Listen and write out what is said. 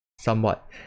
somewhat